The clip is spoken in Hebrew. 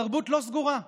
התרבות לא סגורה,